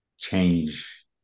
change